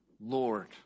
Lord